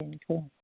बेनोथ'